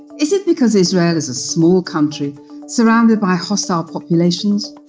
is it because israel is a small country surrounded by hostile populations?